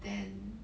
then